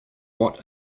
what